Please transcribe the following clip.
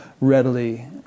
readily